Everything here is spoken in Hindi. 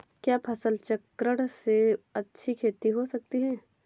क्या फसल चक्रण से अच्छी खेती हो सकती है?